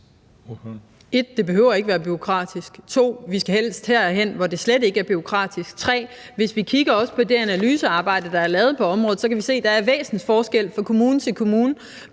1) Det behøver ikke at være bureaukratisk. 2) Vi skal helst derhen, hvor det slet ikke er bureaukratisk. 3) Hvis vi kigger på det analysearbejde, der er lavet på området, kan vi se, at der er væsensforskel fra kommune til kommune,